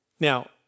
Now